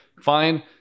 fine